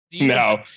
No